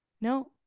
no